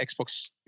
Xbox